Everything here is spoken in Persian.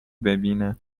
ببینم